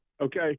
okay